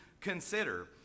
consider